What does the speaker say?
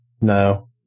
No